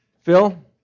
Phil